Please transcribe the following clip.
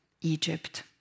Egypt